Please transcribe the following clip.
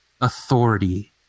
authority